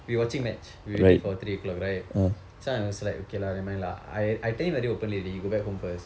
we watching match we waiting for three o'clock right so I was like okay lah never mind lah I I tell him already openly already go back home first